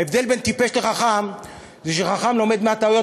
ההבדל בין טיפש לחכם זה שחכם לומד מהטעויות